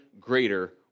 greater